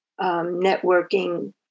networking